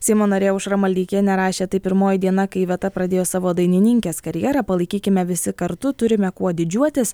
seimo narė aušra maldeikienė rašė tai pirmoji diena kai iveta pradėjo savo dainininkės karjerą palaikykime visi kartu turime kuo didžiuotis